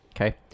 okay